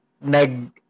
nag